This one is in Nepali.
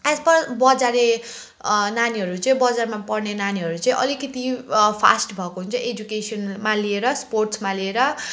एज पर बजारे नानीहरू चाहिँ बजारमा पढ्ने नानीहरू चाहिँ अलिकति फास्ट भएको हुन्छ एजुकेसनमा लिएर स्पोर्ट्समा लिएर